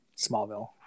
Smallville